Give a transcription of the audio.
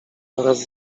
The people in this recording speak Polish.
oraz